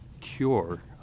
cure